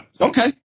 Okay